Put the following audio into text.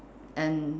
and